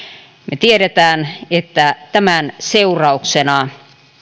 me tiedämme että tämän seurauksena